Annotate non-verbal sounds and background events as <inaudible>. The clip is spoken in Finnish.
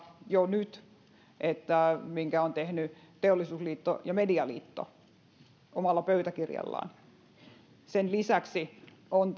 jo nyt sen sopimuksen osalta minkä ovat tehneet teollisuusliitto ja medialiitto omalla pöytäkirjallaan sen lisäksi on <unintelligible>